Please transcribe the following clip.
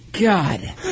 God